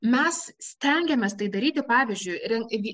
mes stengiamės tai daryti pavyzdžiui reil vy